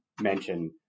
mention